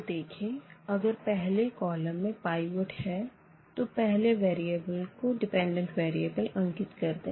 तो देखें अगर पहले कॉलम में पाइवट है तो पहले वेरिएबल को डिपेंडेंट वेरिएबल अंकित कर दें